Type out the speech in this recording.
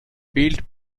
built